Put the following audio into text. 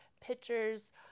pictures